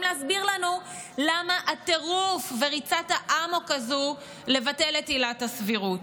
להסביר לנו למה הטירוף וריצת האמוק הזו לבטל את עילת הסבירות.